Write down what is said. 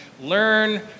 Learn